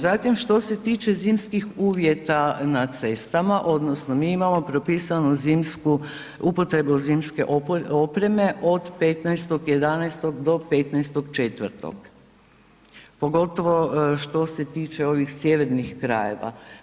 Zatim što se tiče zimskih uvjeta na cestama odnosno mi imamo propisanu upotrebu zimske opreme od 15.11. do 15.4., pogotovo što se tiče ovih sjevernih krajeva.